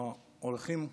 אורחים מכובדים,